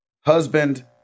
husband